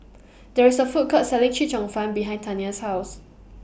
There IS A Food Court Selling Chee Cheong Fun behind Tania's House